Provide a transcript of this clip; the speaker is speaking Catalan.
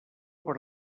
per